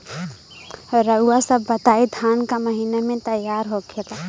रउआ सभ बताई धान क महीना में तैयार होखेला?